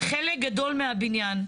חלק גדול מהבניין.